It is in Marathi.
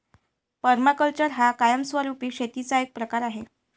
पर्माकल्चर हा कायमस्वरूपी शेतीचा एक प्रकार आहे